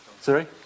Sorry